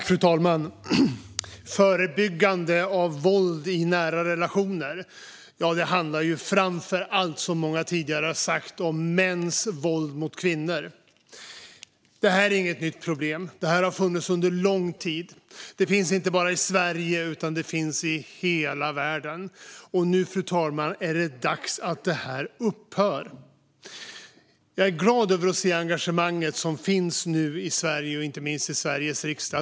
Fru talman! Förebyggande av våld i nära relationer handlar framför allt, som många tidigare har sagt, om mäns våld mot kvinnor. Det här är inget nytt problem. Det har funnits under lång tid. Det finns inte bara i Sverige, utan det finns i hela världen. Nu är det dags att det här upphör, fru talman. Jag är glad över att se engagemanget som nu finns i Sverige och inte minst i Sveriges riksdag.